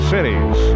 Cities